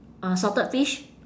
uh salted fish